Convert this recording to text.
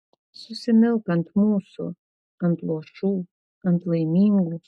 susimilk ant mūsų ant luošų ant laimingų